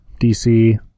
DC